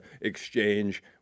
exchange